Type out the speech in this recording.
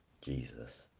Jesus